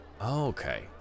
Okay